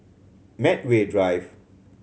Medway Drive